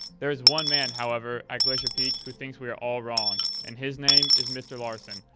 there is one man, however, at glacier peak who thinks we are all wrong and his name is mr. larson,